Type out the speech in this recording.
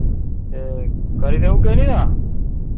ते करी देऊगे ओ जां